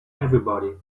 everybody